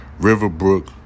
Riverbrook